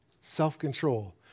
self-control